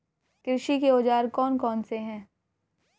कृषि के औजार कौन कौन से हैं?